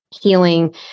healing